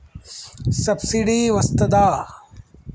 Subsidy వస్తదా?